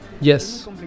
Yes